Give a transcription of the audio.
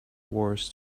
wars